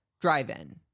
drive-in